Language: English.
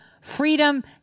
freedom